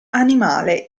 animale